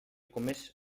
comès